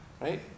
Right